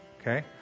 Okay